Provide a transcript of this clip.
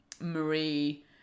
Marie